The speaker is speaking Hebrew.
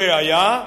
ראיה: